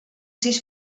sis